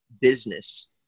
business